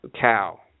cow